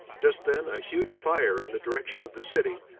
just then a huge fire in the direction of the city,